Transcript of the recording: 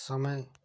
समय